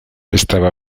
estaba